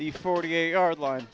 the forty eight hour line